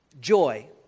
Joy